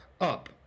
up